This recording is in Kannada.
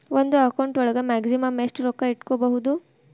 ಒಂದು ಅಕೌಂಟ್ ಒಳಗ ಮ್ಯಾಕ್ಸಿಮಮ್ ಎಷ್ಟು ರೊಕ್ಕ ಇಟ್ಕೋಬಹುದು?